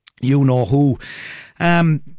you-know-who